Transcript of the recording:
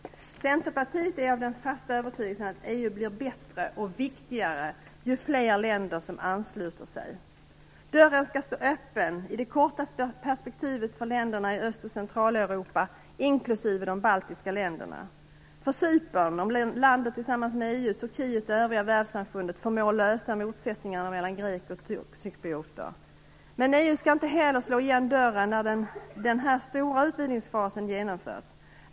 Centerpartiet är av den fasta övertygelsen att EU blir bättre och viktigare ju fler länder som ansluter sig. Dörren skall stå öppen, i det korta perspektivet för länderna i Öst och Centraleuropa inklusive de baltiska länderna. Den skall stå öppen för Cypern, om landet tillsammans med EU, Turkiet och övriga världssamfundet förmår lösa motsättningarna mellan grekoch turkcyprioter. Men EU skall inte heller slå igen dörren när den stora utvidgningsfasen genomförts.